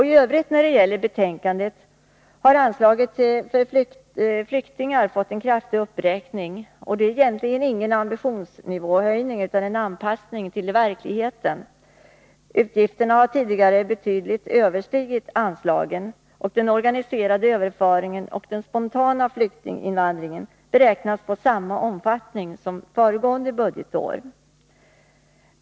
I övrigt föreslås anslaget för flyktingar få en kraftig uppräkning. Det är egentligen ingen höjning av ambitionsnivån utan en anpassning till verkligheten. Utgifterna har tidigare avsevärt överstigit anslagen, och den organiserade överföringen och den spontana flyktinginvandringen beräknas få samma omfattning som föregående budgetår.